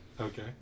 Okay